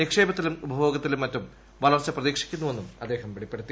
നിക്ഷേപത്തിലും ഉപഭോഗത്തിലും മറ്റും വളർച്ച പ്രതീക്ഷിക്കുന്നുവെന്നും അദ്ദേഹം വെളിപ്പെടുത്തി